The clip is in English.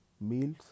meals